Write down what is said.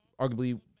arguably